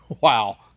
Wow